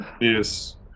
Yes